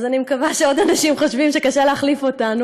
אז אני מקווה שעוד אנשים חושבים שקשה להחליף אותנו,